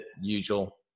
usual